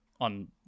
on